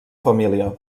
família